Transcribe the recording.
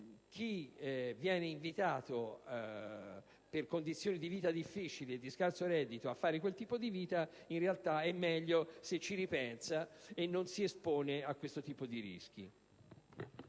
chi decide, per condizioni di vita difficili e di scarso reddito, di condurre quel tipo di vita, in realtà è meglio se ci ripensa e non si espone a quel tipo di rischi.